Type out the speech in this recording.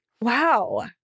Wow